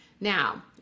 Now